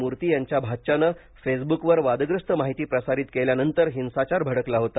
मूर्ती यांच्या भाच्याने फेसबुकवर वादग्रस्त माहिती प्रसारित केल्यानंतर हिंसाचार भडकला होता